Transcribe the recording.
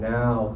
now